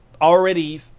already